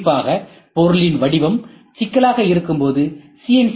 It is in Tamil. குறிப்பாக பொருளின் வடிவம் சிக்கலாக இருக்கும் போது சி